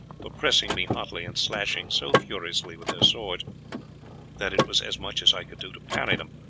were pressing me hotly, and slashing so furiously with their swords that it was as much as i could do to parry them,